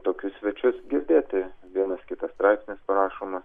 tokius svečius girdėti vienas kitas straipsnis prašomas